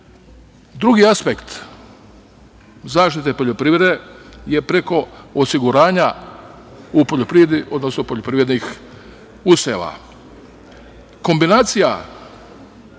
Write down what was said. aspekt zaštite poljoprivrede je preko osiguranja u poljoprivredi, odnosno poljoprivrednih useva. Kombinacija